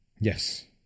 Yes